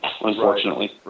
unfortunately